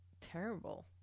terrible